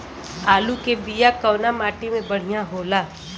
आलू के बिया कवना माटी मे बढ़ियां होला?